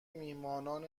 میهمانان